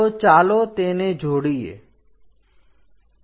તો ચાલો તેને જોડીએ